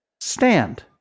stand